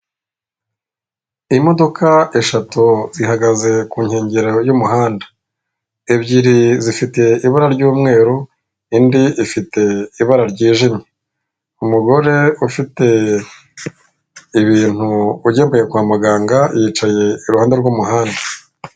Imodoka eshatu zihagaze ku nkengero y'umuhanda, ebyiri zifite ibara ry'umweru, indi ifite ibara ryijimye. Umugore ufite ibintu ugemuye kwa muganga, yicaye iruhande rw'umuhanda.